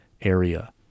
area